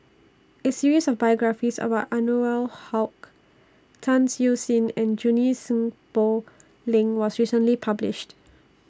A series of biographies about Anwarul Haque Tan Siew Sin and Junie Sng Poh Leng was recently published